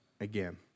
again